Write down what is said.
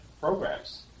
programs